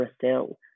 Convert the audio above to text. Brazil